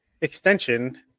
extension